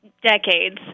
Decades